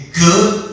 good